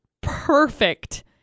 perfect